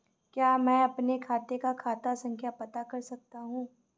क्या मैं अपने खाते का खाता संख्या पता कर सकता हूँ?